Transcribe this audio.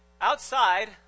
outside